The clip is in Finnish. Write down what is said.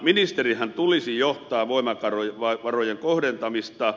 ministerinhän tulisi johtaa voimavarojen kohdentamista